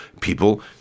people